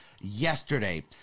yesterday